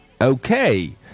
Okay